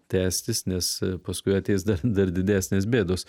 tęstis nes paskui ateis dar dar didesnės bėdos